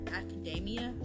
academia